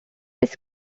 his